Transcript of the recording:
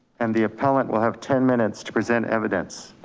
and the appellant will have ten minutes to present evidence.